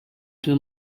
two